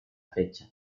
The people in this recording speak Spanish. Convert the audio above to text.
fecha